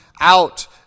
out